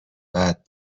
بعد